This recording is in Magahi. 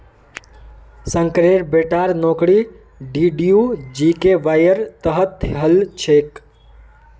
शंकरेर बेटार नौकरी डीडीयू जीकेवाईर तहत हल छेक